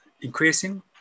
increasing